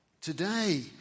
today